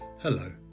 Hello